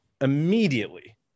immediately